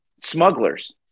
smugglers